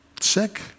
sick